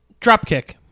Dropkick